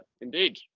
indeed